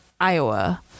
Iowa